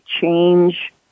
change